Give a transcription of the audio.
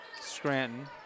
Scranton